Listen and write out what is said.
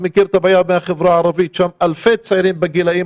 אני מכיר את הבעיה מהחברה הערבית שבה אלפי צעירים בגילאים